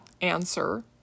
answer